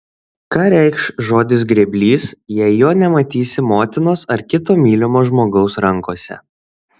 ką reikš žodis grėblys jei jo nematysi motinos ar kito mylimo žmogaus rankose